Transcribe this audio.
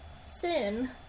sin